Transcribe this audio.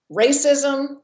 racism